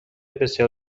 بسیار